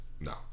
No